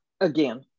again